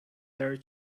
their